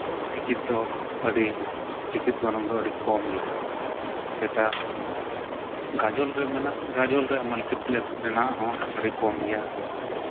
ticket ᱫᱚ ᱟᱹᱰᱤ ticket ᱜᱚᱱᱚᱝ ᱫᱚ ᱟᱹᱰᱤ ᱠᱚᱢ ᱜᱮᱭᱟ ᱥᱮᱴᱟ ᱜᱟᱡᱚᱞ ᱨᱮ ᱢᱮᱱᱟᱜ ᱜᱟᱡᱚᱞ ᱨᱮ ᱢᱟᱞᱴᱤᱯᱞᱮᱠᱥ ᱨᱮᱱᱟᱜ ᱦᱚᱸ ᱟᱹᱰᱤ ᱠᱚᱢ ᱜᱮᱭᱟ